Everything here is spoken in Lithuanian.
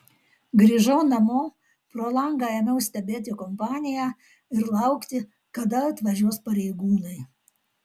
grįžau namo pro langą ėmiau stebėti kompaniją ir laukti kada atvažiuos pareigūnai